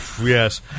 Yes